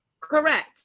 correct